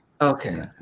Okay